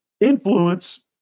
influence